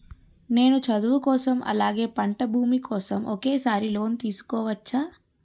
నేను చదువు కోసం అలాగే పంట భూమి కోసం ఒకేసారి లోన్ తీసుకోవచ్చా?